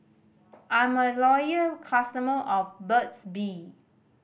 I'm a loyal customer of Burt's Bee